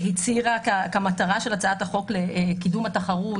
הצהירה שהמטרה של הצעת החוק היא קידום התחרות